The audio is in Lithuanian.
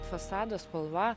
fasado spalva